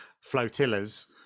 flotillas